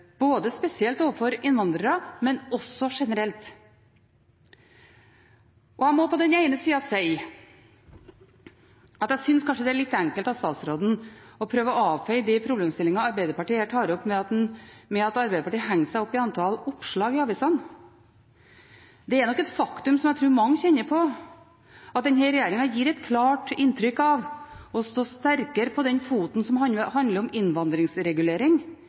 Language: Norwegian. spesielt overfor innvandrere, men også generelt. På den ene sida må jeg si at jeg syns kanskje det er litt enkelt av statsråden å prøve å avfeie de problemstillingene Arbeiderpartiet her tar opp, med at Arbeiderpartiet henger seg opp i antall oppslag i avisene. Det er nok et faktum som jeg tror mange kjenner på, at denne regjeringen gir et klart inntrykk av å stå sterkere på den foten som handler om innvandringsregulering, enn på den foten som handler om